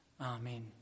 Amen